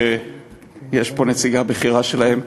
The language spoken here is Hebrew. שיש פה נציגה בכירה שלהם,